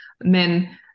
men